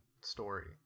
story